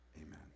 Amen